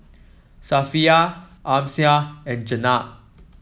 Safiya Amsyar and Jenab